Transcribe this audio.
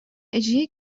эдьиийэ